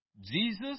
Jesus